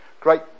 Great